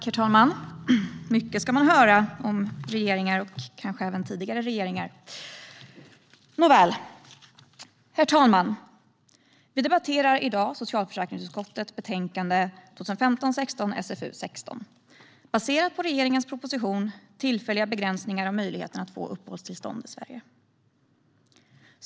Herr talman! Mycket ska man höra om regeringar och kanske även tidigare regeringar! Vi debatterar i dag socialförsäkringsutskottets betänkande 2015/16:SfU16, baserat på regeringens proposition Tillfälliga begränsningar av möjligheten att få uppehållstillstånd i Sverige.